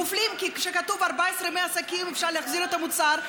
הם מופלים כי כשכתוב שבתוך 14 ימי עסקים אפשר להחזיר את המוצר,